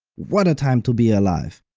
what a time to be alive!